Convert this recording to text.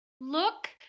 look